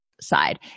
Side